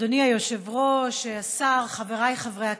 אדוני היושב-ראש, השר, חבריי חברי הכנסת,